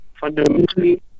fundamentally